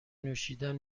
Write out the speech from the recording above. نوشیدن